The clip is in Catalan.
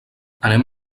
anem